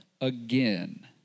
again